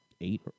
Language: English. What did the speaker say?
eight